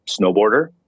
snowboarder